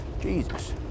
Jesus